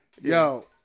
Yo